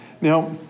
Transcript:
Now